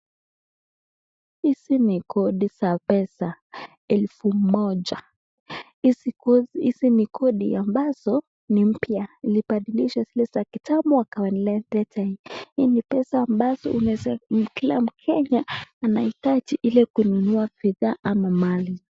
Hii ni kodi za pesa elfu moja. Hizi ni kodi ambazo ni mpya zilibadilisha zile za kitambo wakaleta hii. Hii ni pesa ambazo kila mKenya anahitaji ile kununua bidhaa ama mali.